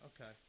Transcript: okay